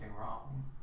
wrong